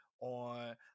on